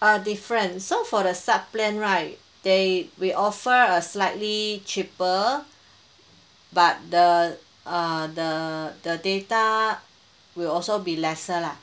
uh different so for the sub plan right they we offer a slightly cheaper but the uh the the data will also be lesser lah